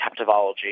captivology